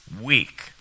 week